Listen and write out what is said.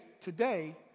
today